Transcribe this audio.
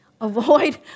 Avoid